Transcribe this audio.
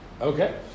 Okay